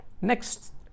Next